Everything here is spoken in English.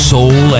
Soul